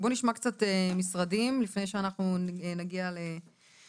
בואו נשמע קצת משרדים לפני שנגיע להקראה.